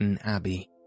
Abbey